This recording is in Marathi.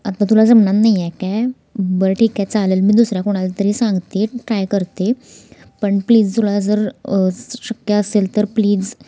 आत्ता तुला जमणार नाही आहे काय बरं ठीक आहे चालेल मी दुसऱ्या कोणाला तरी सांगते ट्राय करते पण प्लीज तुला जर शक्य असेल तर प्लीज